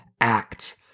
act